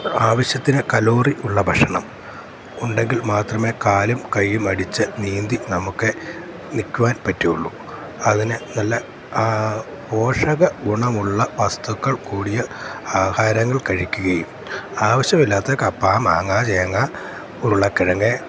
ആവശ്യത്തിന് കലോറി ഉള്ള ഭക്ഷണം ഉണ്ടെങ്കിൽ മാത്രമേ കാലും കയ്യുമടിച്ച് നീന്തി നമ്മൾക്ക് നിൽക്കുവാൻ പറ്റുകയുള്ളു അതിന് നല്ല പോഷകഗുണമുള്ള വസ്തുക്കൾ കൂടിയ ആഹാരങ്ങൾ കഴിക്കുകയും ആവശ്യമില്ലാത്ത കപ്പ മാങ്ങ ചേന ഉരുളക്കിഴങ്ങ്